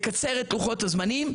לקצר את לוחות הזמנים,